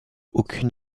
aucune